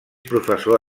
professor